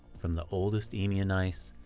from the oldest eemian ice,